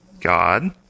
God